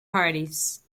parties